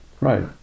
Right